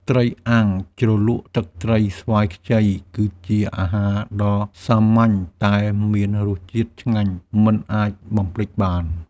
ត្រីអាំងជ្រលក់ទឹកត្រីស្វាយខ្ចី គឺជាអាហារដ៏សាមញ្ញតែមានរសជាតិឆ្ងាញ់មិនអាចបំភ្លេចបាន។